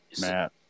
Matt